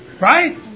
Right